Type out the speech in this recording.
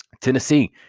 Tennessee